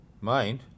Mind